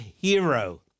hero